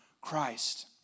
Christ